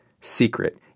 secret